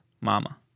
Mama